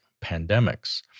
pandemics